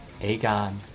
Aegon